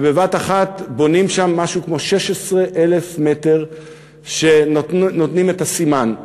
ובבת-אחת בונים שם משהו כמו 16,000 מטר שנותנים את הסימן.